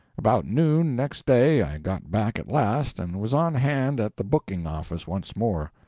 about noon next day, i got back at last and was on hand at the booking-office once more.